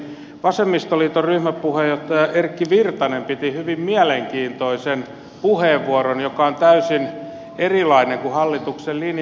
vasemmistoliiton ryhmäpuheenjohtaja erkki virtanen piti hyvin mielenkiintoisen puheenvuoron joka on täysin erilainen kuin hallituksen linja